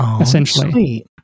essentially